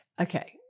Okay